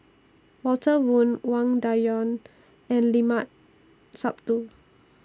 Walter Woon Wang Dayuan and Limat Sabtu